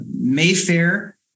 Mayfair